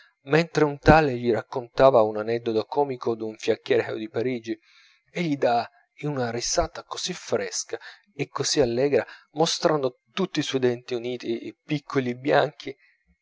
mentre un tale gli raccontava un aneddoto comico d'un fiaccheraio di parigi egli dà in una risata così fresca e così allegra mostrando tutti i suoi denti uniti piccoli e bianchi